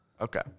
Okay